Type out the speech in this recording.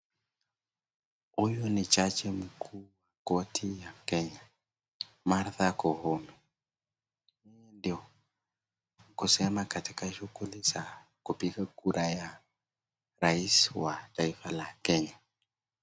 Huyu ni jaji mkuu wa koti ya kenya. Martha koome ndio kusema katika shughuli za kupiga kura ya rais wa taifa la Kenya.